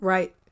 Right